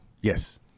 Yes